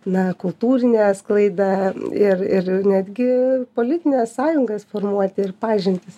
na kultūrinę sklaidą ir ir netgi politines sąjungas formuoti ir pažintis